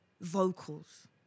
vocals